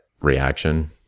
reaction